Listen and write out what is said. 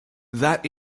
that